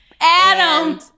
Adam